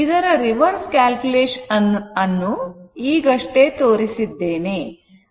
ಇದರ reverse calculation ಅನ್ನು ಈಗಷ್ಟೇ ತೋರಿಸಿದ್ದೇನೆ